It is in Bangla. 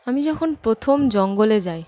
আমি যখন প্রথম জঙ্গলে যাই